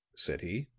said he.